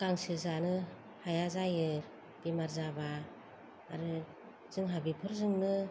गांसो जानो हाया जायो बेमार जाबा आरो जोंहा बेफोरजोंनो